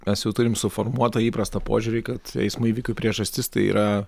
mes jau turim suformuotą įprastą požiūrį kad eismo įvykių priežastis tai yra